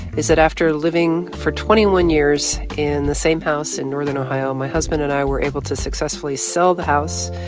is that after living for twenty one years in the same house in northern ohio, my husband and i were able to successfully sell the house,